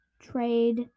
Trade